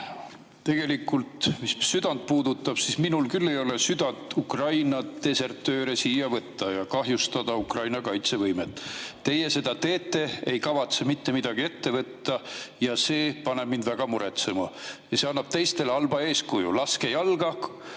Tegelikult, mis südant puudutab, siis minul küll ei ole südant Ukraina desertööre siia võtta ja kahjustada Ukraina kaitsevõimet. Teie seda teete, ei kavatse mitte midagi ette võtta ja see paneb mind väga muretsema. See annab teistele halba eeskuju: laske jalga,